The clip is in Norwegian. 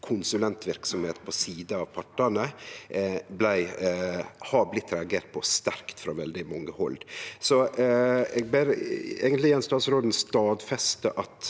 konsulentverksemd på sida av partane, har blitt reagert på – sterkt – frå veldig mange hald. Eg ber igjen statsråden stadfeste at